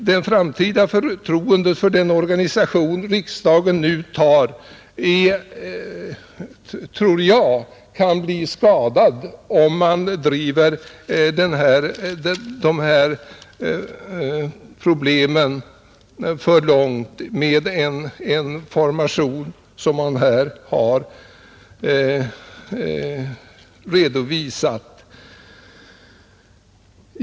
Det framtida förtroendet för den organisation riksdagen nu beslutar om tror jag kan bli skadat, om man driver detta för långt med den formation som man här har redovisat.